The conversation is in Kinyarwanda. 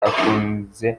akunze